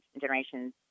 generation's